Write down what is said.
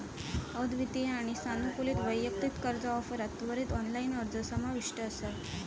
अद्वितीय आणि सानुकूलित वैयक्तिक कर्जा ऑफरात त्वरित ऑनलाइन अर्ज समाविष्ट असा